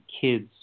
kids